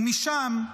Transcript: ומשם,